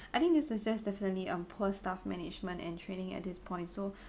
I think this is just definitely um poor staff management and training at this point so